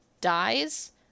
dies